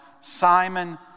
Simon